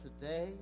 today